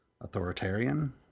authoritarian